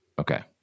Okay